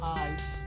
eyes